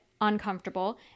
uncomfortable